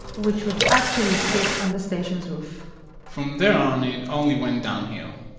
which would actually sit on the station's roof from there on, it only went downhill